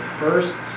first